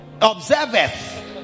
observeth